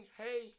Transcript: hey